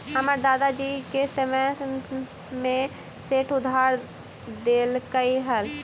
हमर दादा जी के समय में सेठ उधार देलकइ हल